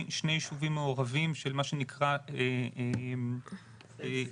ישובים מעורבים של מה שנקרא save city,